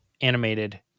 animated